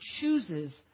chooses